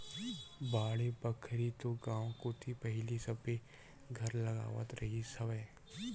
बाड़ी बखरी तो गाँव कोती पहिली सबे घर लगावत रिहिस हवय